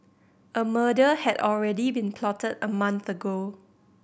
a murder had already been plotted a month ago